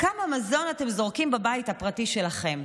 כמה מזון אתם זורקים בבית הפרטי שלכם?